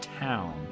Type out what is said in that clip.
Town